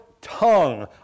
tongue